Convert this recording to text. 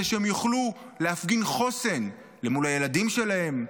שהם יוכלו להפגין חוסן למול הילדים שלהם,